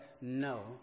No